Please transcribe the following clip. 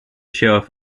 sheriff